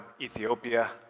Ethiopia